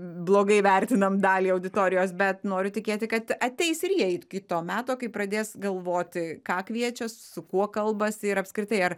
blogai vertinam dalį auditorijos bet noriu tikėti kad ateis ir jie iki to meto kai pradės galvoti ką kviečia su kuo kalbasi ir apskritai ar